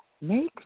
make